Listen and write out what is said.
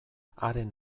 haren